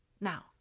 Now